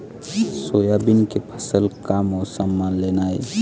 Soybean के फसल का मौसम म लेना ये?